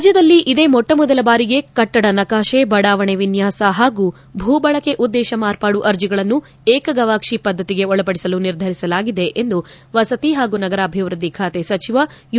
ರಾಜ್ಞದಲ್ಲಿ ಇದೇ ಮೊಟ್ಟ ಮೊದಲ ಬಾರಿಗೆ ಕಟ್ಟಡ ನಕಾಶೆ ಬಡಾವಣೆ ವಿನ್ನಾಸ ಹಾಗೂ ಭೂ ಬಳಕೆ ಉದ್ದೇಶ ಮಾರ್ಪಡು ಅರ್ಜಿಗಳನ್ನು ಏಕ ಗವಾಕ್ಷಿ ಪದ್ದತಿಗೆ ಒಳಪಡಿಸಲು ನಿರ್ಧರಿಸಲಾಗಿದೆ ಎಂದು ವಸತಿ ಹಾಗೂ ನಗರಾಭಿವೃದ್ದಿ ಖಾತೆ ಸಚಿವ ಯು